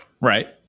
right